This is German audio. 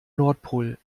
nordpol